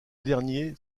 dernier